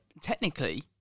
technically